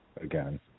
again